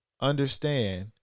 understand